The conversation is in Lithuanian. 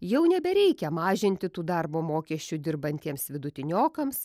jau nebereikia mažinti tų darbo mokesčių dirbantiems vidutiniokams